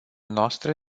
noastre